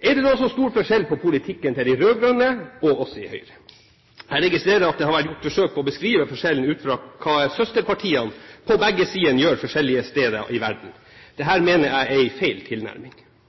Er det da så stor forskjell på politikken til de rød-grønne og politikken til Høyre? Jeg registrerer at det har vært gjort forsøk på å beskrive forskjellen ut fra hva søsterpartiene på begge sider gjør forskjellige steder i verden. Dette mener jeg er en feil tilnærming. I denne debatten kan det